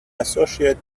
associate